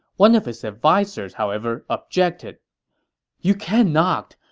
one of his advisers, however, objected you cannot!